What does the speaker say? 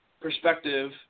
perspective